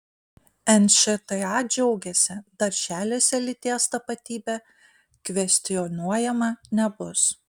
nšta džiaugiasi darželiuose lyties tapatybė kvestionuojama nebus